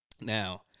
now